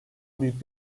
büyük